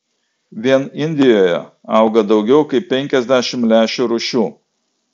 vien indijoje auga daugiau kaip penkiasdešimt lęšių rūšių